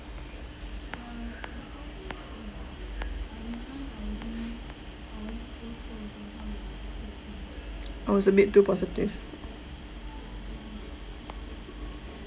I was a bit too positive